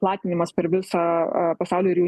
platinimas per visą pasaulį ir jų